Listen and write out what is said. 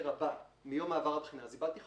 הבא מיום מעבר הבחינה אז איבדתי חודש.